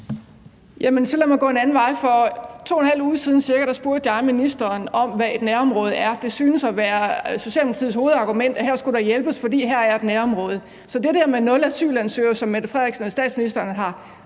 lad mig så gå en anden vej. For cirka 2½ uge siden spurgte jeg ministeren om, hvad et nærområde er. Det synes at være Socialdemokratiets hovedargument, at her skulle der hjælpes, for her er et nærområde. Så det der med nul asylansøgere, som statsministeren